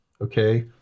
Okay